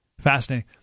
fascinating